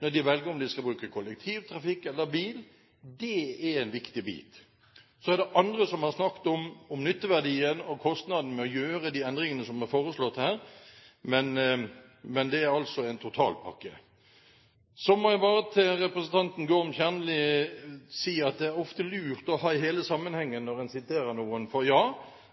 når de velger om de skal bruke kollektivtrafikk eller bil, er en viktig bit. Så er det andre som har snakket om nytteverdien og kostnaden ved å gjøre de endringene som er foreslått her, men det er altså en totalpakke. Så må jeg til representanten Gorm Kjernli si at det ofte er lurt å ha hele sammenhengen når en siterer noen. Ja,